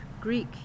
Greek